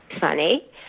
funny